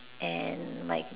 and my